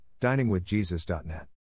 diningwithjesus.net